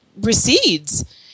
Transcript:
recedes